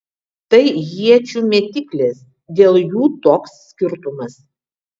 tai iečių mėtyklės dėl jų toks skirtumas